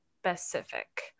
specific